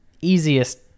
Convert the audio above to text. easiest